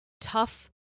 tough